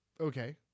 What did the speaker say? okay